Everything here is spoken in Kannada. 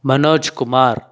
ಮನೋಜ್ ಕುಮಾರ್